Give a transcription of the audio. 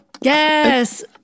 Yes